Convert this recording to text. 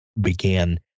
began